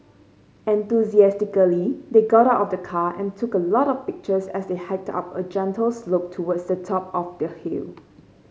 enthusiastically they got out of the car and took a lot of pictures as they hiked up a gentle slope towards the top of the hill